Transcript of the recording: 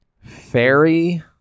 Fairy